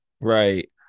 Right